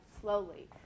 slowly